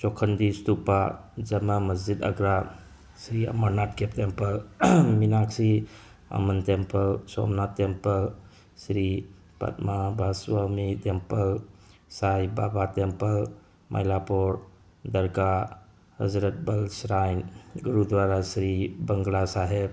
ꯆꯣꯈꯟꯗꯤꯖꯇꯨꯄꯥ Jama Masjid Agra Shri Amarnath cave temple Meenakshi Amman temple Somnath temple Shri Padmanabhaswamy temple Sai Baba temple ꯃꯩꯂꯥꯄꯣꯔ ꯗꯔꯒꯥ ꯑꯖꯔꯠ ꯚꯜꯏꯁꯔꯥꯏꯟ ꯒꯨꯔꯨꯗ꯭ꯋꯥꯔꯥ ꯁ꯭ꯔꯤ ꯕꯪꯒꯂꯥ ꯁꯥꯍꯦꯞ